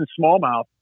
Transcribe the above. smallmouth